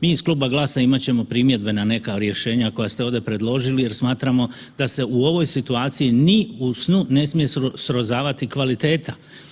Mi iz Kluba GLAS-a imat ćemo neke primjedbe na neka rješenja koja ste ovdje predložili jer smatramo da se u ovoj situaciji ni u snu ne smije srozavati kvaliteta.